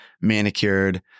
manicured